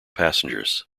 passengers